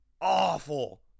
awful